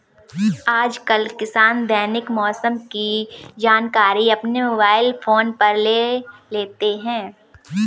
आजकल किसान दैनिक मौसम की जानकारी अपने मोबाइल फोन पर ले लेते हैं